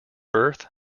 birth